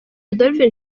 adolphe